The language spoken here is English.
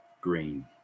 Green